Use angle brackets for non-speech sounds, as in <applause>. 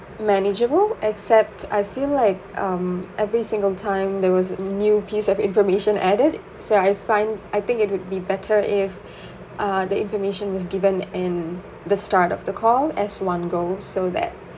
manageable except I feel like um every single time there was a new piece of information added so I find I think it would be better if <breath> uh the information was given in the start of the call as one go so that